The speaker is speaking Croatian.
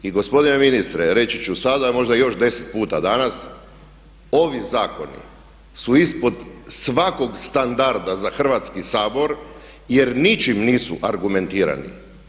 I gospodine ministre reći ću sada, a možda i još deset puta danas, ovi zakoni su ispod svakog standarda za Hrvatski sabor jer ničim nisu argumentirani.